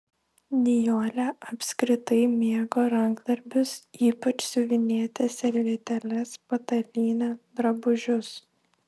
nijolė apskritai mėgo rankdarbius ypač siuvinėti servetėles patalynę drabužius